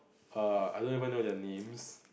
err I don't even know their names